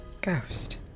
Ghost